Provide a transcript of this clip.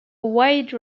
wide